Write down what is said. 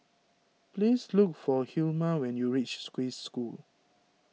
please look for Hilma when you reach School